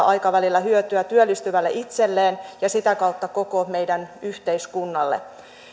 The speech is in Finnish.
aikavälillä hyötyä työllistyvälle itselleen ja sitä kautta koko meidän yhteiskunnalle